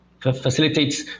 facilitates